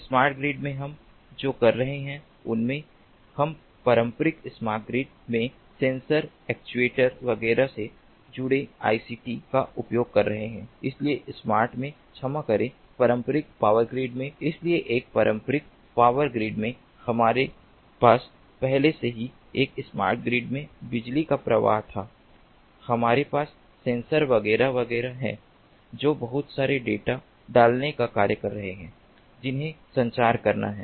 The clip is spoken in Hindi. स्मार्ट ग्रिड में हम जो कर रहे हैं उसमें हम पारंपरिक स्मार्ट ग्रिड में सेंसर एक्ट्यूएटर वगैरह से जुड़े आईसीटी का उपयोग कर रहे हैं इसलिए स्मार्ट में क्षमा करे पारंपरिक पावर ग्रिड में इसलिए एक पारंपरिक पावर ग्रिड में हमारे पास पहले से ही एक स्मार्ट ग्रिड में बिजली का प्रवाह था हमारे पास सेंसर वगैरह वगैरह हैं जो बहुत सारे डेटा डालने का कार्य कर रहे हैं जिन्हें संचार करना है